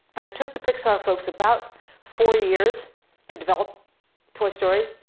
and it took the pixar folks about four years to develop toy story.